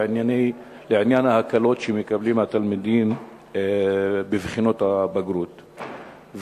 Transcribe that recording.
עניין ההקלות שמקבלים התלמידים בבחינות הבגרות,